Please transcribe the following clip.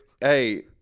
hey